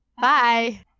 Bye